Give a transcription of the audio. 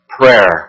prayer